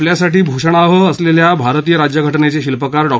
आपल्यासाठी भूषणावह असलेल्या भारतीय राज्यघटनेचे शिल्पकार डॉ